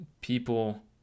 people